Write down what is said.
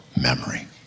memory